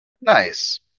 Nice